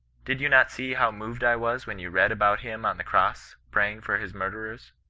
did you not see how moved i was when you read about him on the cross praying for his murderers?